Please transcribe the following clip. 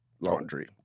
laundry